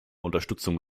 unterstützung